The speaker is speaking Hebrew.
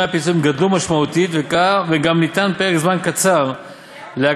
הפיצויים גדלו משמעותית וגם ניתן פרק זמן קצר להגשת